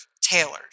tailored